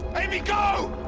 amy, go